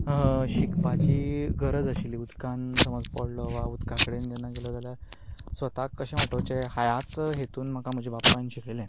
शिकपाची गरज आशिल्ली उदकांत समज पडलो वा उदका कडेन जेन्ना गेलो जाल्यार स्वताक कशें वाटावचें ह्याच हेतून म्हाका म्हज्या बापायन म्हाका शिकयलो